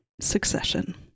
Succession